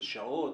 זה שעות,